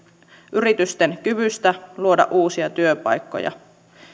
yritysten kyvystä luoda uusia työpaikkoja